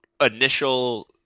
initial